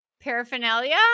paraphernalia